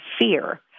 fear